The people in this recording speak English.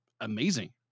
amazing